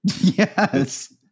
Yes